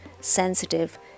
sensitive